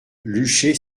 luché